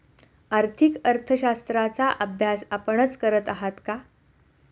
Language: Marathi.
आर्थिक अर्थशास्त्राचा अभ्यास आपणच करत आहात का?